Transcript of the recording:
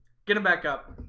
get him back up